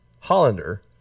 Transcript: Hollander